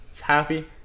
Happy